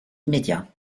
immédiat